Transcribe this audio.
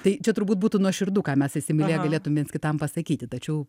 tai čia turbūt būtų nuoširdu ką mes įsimylėję galėtumėm viens kitam pasakyti tačiau